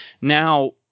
Now